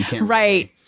Right